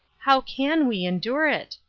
how can we endure it?